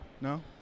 No